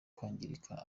kwangirika